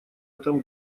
этом